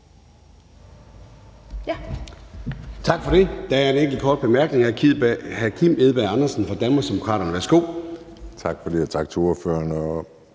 Tak for det. Der er en enkelt kort bemærkning. Hr. Kim Edberg Andersen fra Danmarksdemokraterne. Værsgo. Kl. 17:36 Kim Edberg